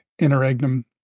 interregnum